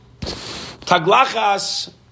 Taglachas